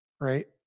right